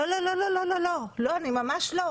השאר לא הכנסתם שמות כחברות ועדה.